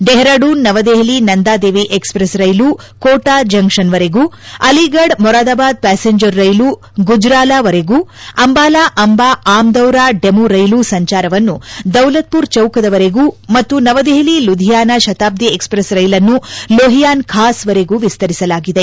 Dehradun New Delhi Nanda Devi express rail Kota junction ವರೆಗೂ Aligarh Moradabad passenger rail ಗುಜ್ತಾಲ್ ವರೆಗೂ ಅಂಬಾಲಾ ಅಂಬ ಆಮದೌರಾ ಡೆಮು ರೈಲು ಸಂಚಾರವನ್ನು ದೌಲತ್ಮರ್ ಚೌಕದವರೆಗೂ ಮತ್ತು ನವದೆಸಲಿ ಲುಧಿಯಾನಾ ಶತಾಬ್ದಿ ಎಕ್ಸ್ಪ್ರೆಸ್ ರೈಲನ್ನು ಲೋಹಿಯಾನ್ ಖಾಸ್ವರೆಗೂ ವಿಸ್ತರಿಸಿದೆ